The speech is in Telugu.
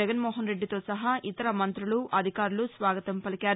జగన్మోహనరెడ్డితో సహా ఇతర మంతులు అధికారులు స్వాగతం పలికారు